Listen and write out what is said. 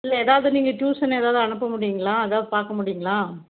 இல்லை ஏதாவது நீங்கள் டியூஷன் ஏதாவது அனுப்ப முடியுங்களா ஏதாவது பார்க்க முடியுங்களா